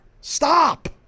Stop